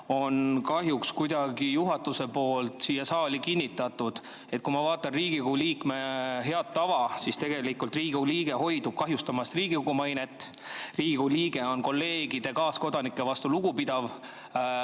see kahjuks kuidagi juhatuse poolt siia saali kinnitatud. Kui ma vaatan Riigikogu liikme head tava, siis Riigikogu liige hoidub kahjustamast Riigikogu mainet, Riigikogu liige on kolleegide ja kaaskodanike vastu lugupidav,